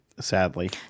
sadly